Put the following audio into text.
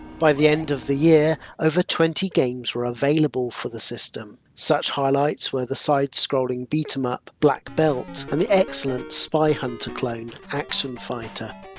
by the end of the year over twenty games were available for the system. such highlights were the side-scrolling beat-em-up black belt and the excellent spy hunter clone action fighter.